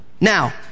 Now